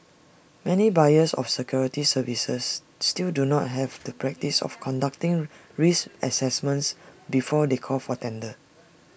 many buyers of security services still do not have the practice of conducting risk assessments before they call for tender